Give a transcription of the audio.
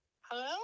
Hello